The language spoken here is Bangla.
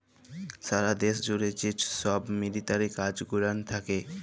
সারা দ্যাশ জ্যুড়ে যে ছব মিলিটারি কাজ গুলান থ্যাকে